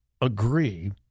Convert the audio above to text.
agree